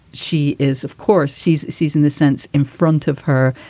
she is of course, she's she's in the sense in front of her.